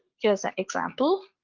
here's an example.